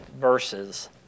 verses